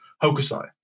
Hokusai